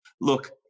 look